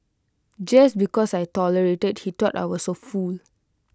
just because I tolerated he thought I was A fool